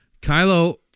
Kylo